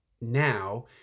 Now